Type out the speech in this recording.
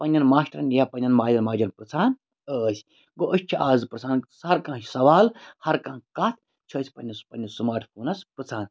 پَننیٚن ماشٹرن یا پَننؠن مالیٚن ماجیٚن پِرٛژھان ٲسۍ گوٚو أسۍ چھِ آز پِرٛژھان سَر کانٛہہ سوال ہَر کانٛہہ کَتھ چھِ أسۍ پنٛنِس پنٛنِس سماٹ فونَس پِرٛژھان